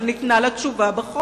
אבל ניתנה עליה תשובה בחוק.